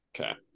Okay